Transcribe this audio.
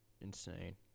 insane